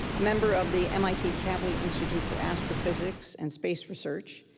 a member of the mit kavli institute for astrophysics and space research,